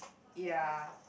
ya